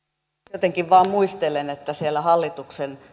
jotenkin vain muistelen että siellä hallituksen